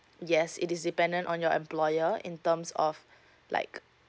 yes it is dependent on your employer in terms of like